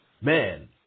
man